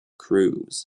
cruz